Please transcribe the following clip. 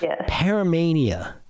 paramania